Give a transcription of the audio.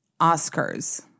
Oscars